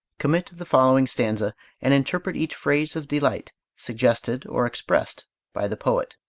commit the following stanza and interpret each phase of delight suggested or expressed by the poet.